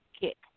kick